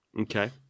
Okay